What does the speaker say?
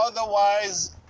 otherwise